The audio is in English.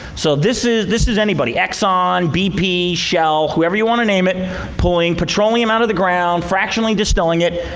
so this is this is anybody. exxon, bp, shell, whoever you want to name it pulling petroleum out of the ground, fractionally distilling it,